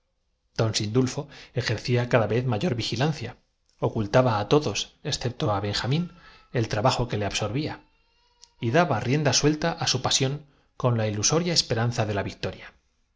limpiar la mayor vigilancia ocultaba á todos excepto á benja chimenea que tiene un palmo de hollín y un regi mín el trabajo que le absorbía y daba rienda suelta a su pasión con la ilusoria miento de telarañas esperanza de la victoria